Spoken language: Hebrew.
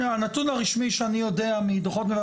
הנתון הרשמי שאני יודע מהדו"חות,